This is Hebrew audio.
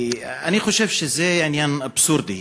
אני חושב שזה עניין אבסורדי,